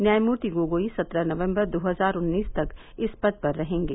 न्यायमूर्ति गोगोई सत्रह नवम्बर दो हजार उन्नीस तक इस पद पर रहेंगे